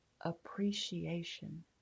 appreciation